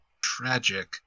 tragic